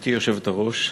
גברתי היושבת-ראש,